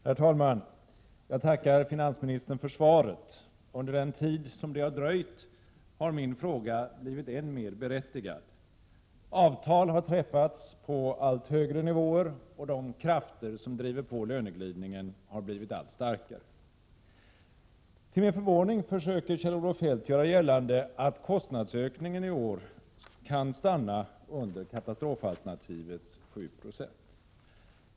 Herr talman! Jag tackar finansministern för svaret. Under den tid som det har dröjt, har min fråga blivit än mer berättigad. Avtal har träffats på allt högre nivåer, och de krafter som driver på löneglidningen har blivit allt starkare. och det ekonomiska läget Till min förvåning försöker Kjell-Olof Feldt göra gällande att kostnadsökningen i år kan stanna under katastrofalternativets 7 90.